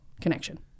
connection